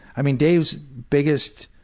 i mean dave's biggest